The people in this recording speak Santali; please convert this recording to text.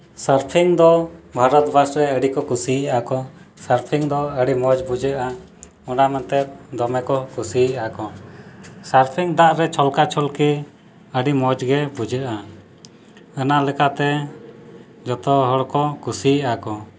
ᱥᱟᱨᱯᱷᱤᱝ ᱫᱚ ᱵᱷᱟᱨᱚᱛᱵᱚᱨᱥᱚ ᱨᱮ ᱟᱹᱰᱤᱠᱚ ᱠᱩᱥᱤᱭᱟᱜᱼᱟ ᱠᱚ ᱥᱟᱨᱯᱷᱤᱝ ᱫᱚ ᱟᱹᱰᱤ ᱢᱚᱡᱽ ᱵᱩᱡᱷᱟᱹᱜᱼᱟ ᱚᱱᱟᱛᱮ ᱫᱚᱢᱮ ᱠᱚ ᱠᱩᱥᱤᱭᱟᱜᱼᱟ ᱠᱚ ᱥᱟᱨᱯᱷᱤᱝ ᱫᱟᱜᱨᱮ ᱪᱷᱚᱞᱠᱟᱼᱪᱷᱚᱞᱠᱤ ᱟᱹᱰᱤ ᱢᱚᱡᱽᱜᱮ ᱵᱩᱡᱷᱟᱹᱜᱼᱟ ᱚᱱᱟ ᱞᱮᱠᱟᱛᱮ ᱡᱚᱛᱚ ᱦᱚᱲᱠᱚ ᱠᱩᱥᱤᱭᱟᱜᱼᱟ ᱠᱚ